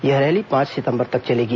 यह रैली पांच सितंबर तक चलेगी